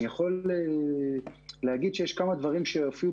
אני יכול להגיד שיש כמה דברים שהופיעו